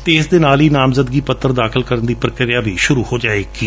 ਅਤੇ ਇਸਦੇ ਨਾਲ ਹੀ ਨਾਮਜਦਗੀ ਪੱਤਰ ਦਾਖਲ ਕਰਨ ਦੀ ਪ੍ਕਿਰਿਆ ਵੀ ਸ਼ੁਰੂ ਹੋ ਜਾਵੇਗੀ